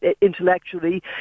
intellectually